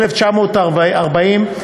1940,